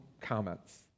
comments